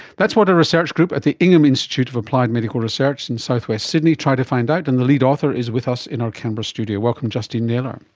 that's what a research group at the ingham institute of applied medical research in south-west sydney tried to find out, and the lead author is with us in our canberra studio. welcome justine naylor.